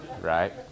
right